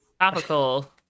Topical